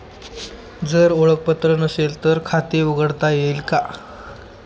जर ओळखपत्र नसेल तर खाते उघडता येईल का?